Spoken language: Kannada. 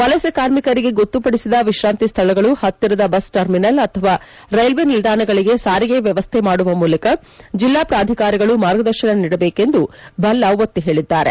ವಲಸೆ ಕಾರ್ಮಿಕರಿಗೆ ಗೊತ್ತುಪದಿಸಿದ ವಿಶ್ರಾಂತಿ ಸ್ಡಳಗಳು ಹತ್ತಿರದ ಬಸ್ ಟರ್ಮಿನಲ್ ಅಥವಾ ರೈಲ್ವೆ ನಿಲ್ದಾಣಗಳಿಗೆ ಸಾರಿಗೆ ವ್ಯವಸ್ಠೆ ಮಾಡುವ ಮೂಲಕ ಜಿಲ್ಲಾ ಪ್ರಾಧಿಕಾರಗಳು ಮಾರ್ಗದರ್ಶನ ನೀಡಬೇಕು ಎಂದು ಭಲ್ಲಾ ಒತ್ತಿ ಹೇಳಿದ್ದಾರೆ